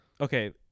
okay